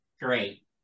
great